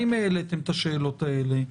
האם העליתם את השאלות האלה?